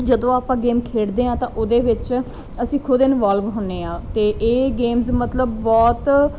ਜਦੋਂ ਆਪਾਂ ਗੇਮ ਖੇਡਦੇ ਕਿ ਤਾਂ ਉਹਦੇ ਵਿੱਚ ਅਸੀਂ ਖੁਦ ਇਨਵੋਲਵ ਹੁੰਦੇ ਹਾਂ ਅਤੇ ਇਹ ਗੇਮਸ ਮਤਲਬ ਬਹੁਤ